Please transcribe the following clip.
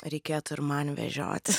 reikėtų ir man vežiotis